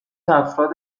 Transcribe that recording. افراد